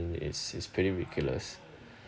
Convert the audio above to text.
is is pretty ridiculous